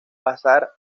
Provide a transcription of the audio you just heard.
pasar